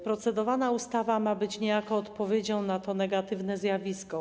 Procedowana ustawa ma być niejako odpowiedzią na to negatywne zjawisko.